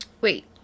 Wait